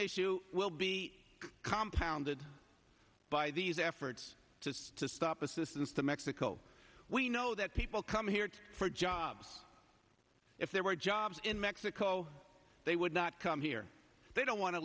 issue will be compound that by these efforts to to stop assistance to mexico we know that people come here for jobs if there were jobs in mexico they would not come here they don't wan